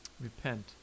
Repent